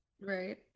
right